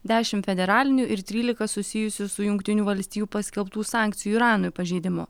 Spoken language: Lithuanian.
dešimt federalinių ir trylika susijusių su jungtinių valstijų paskelbtų sankcijų iranui pažeidimu